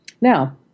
Now